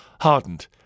hardened